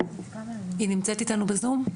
היא נמצאת איתנו בזום?